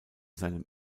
seinem